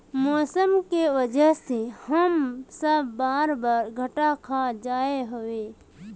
मौसम के वजह से हम सब बार बार घटा खा जाए हीये?